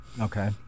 okay